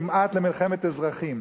כמעט למלחמת אזרחים,